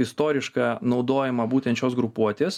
istorišką naudojimą būtent šios grupuotės